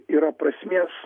yra prasmės